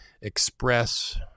express